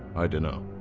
i don't know.